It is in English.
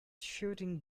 shooting